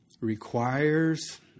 requires